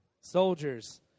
Soldiers